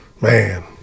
Man